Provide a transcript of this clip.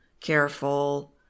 careful